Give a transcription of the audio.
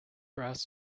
brass